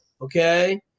okay